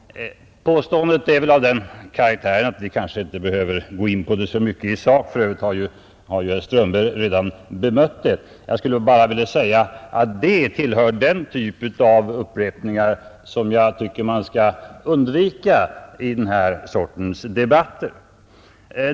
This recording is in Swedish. Påståendet är väl av den karaktären att vi kanske inte behöver gå in på det så mycket i sak. För övrigt har herr Strömberg redan bemött det. Jag skulle bara vilja säga att det tillhör den typ av upprepningar som jag tycker man skulle undvika i denna sorts debatter.